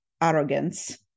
arrogance